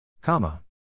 Comma